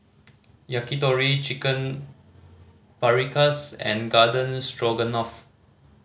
Yakitori Chicken Paprikas and Garden Stroganoff